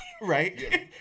right